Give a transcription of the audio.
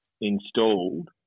installed